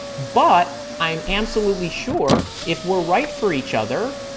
but i'm absolutely sure if we're right for each other,